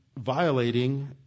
violating